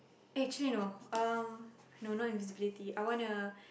actually no um no not invisibility I wanna